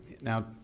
Now